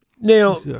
Now